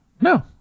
No